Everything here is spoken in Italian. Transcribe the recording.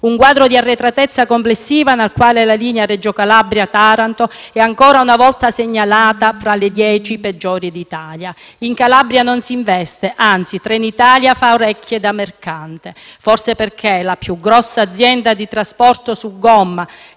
Un quadro di arretratezza complessiva nel quale la linea Reggio Calabria-Taranto è, ancora una volta, segnalata tra le dieci peggiori d'Italia. In Calabria non si investe, anzi, Trenitalia fa orecchie da mercante, forse perché la più grossa azienda di trasporto su gomma,